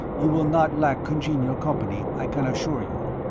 you will not lack congenial company, i can assure you.